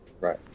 Right